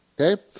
Okay